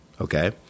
okay